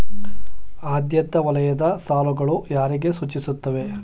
ಆದ್ಯತಾ ವಲಯದ ಸಾಲಗಳು ಯಾರಿಗೆ ಸೂಚಿಸುತ್ತವೆ?